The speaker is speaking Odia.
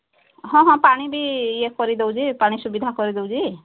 ହଁ ହଁ ପାଣି ବି ଇଏ କରିଦେଉଛି ପାଣି ସୁବିଧା କରିଦେଉଛି